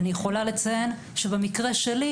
אני יכולה לציין שבמקרה שלי,